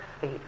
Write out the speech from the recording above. feet